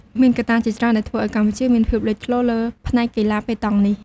មានកត្តាជាច្រើនដែលធ្វើឱ្យកម្ពុជាមានភាពលេចធ្លោលើផ្នែកកីឡាប៉េតង់នេះ។